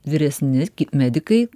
vyresni medikai